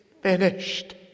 finished